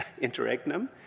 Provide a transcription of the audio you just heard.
interregnum